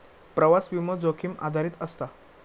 प्रवास विमो, जोखीम आधारित असता